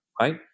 right